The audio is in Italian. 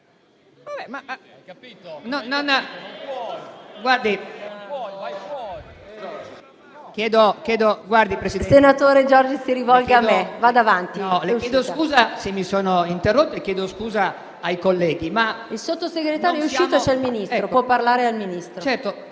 Il Sottosegretario è uscito. C'è il Ministro. Può parlare al Ministro.